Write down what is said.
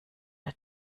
der